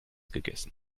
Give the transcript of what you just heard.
gegessen